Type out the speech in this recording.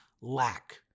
lack